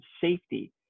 safety